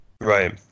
Right